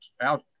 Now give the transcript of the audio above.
out